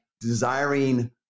desiring